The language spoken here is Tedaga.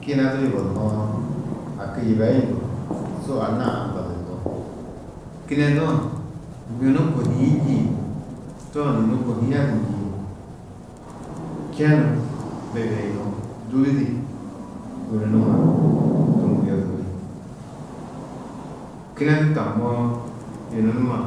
Kinedu yugonnoo, haki yibeyundu su anna ambadundú. Kinedu-ã yunu kohîĩ njîĩ, tooni yunu kohiadu njîĩ čenu bibiyunú, dûli di yunu numa tômuyodiri. Kinedu tamoo, yunu numa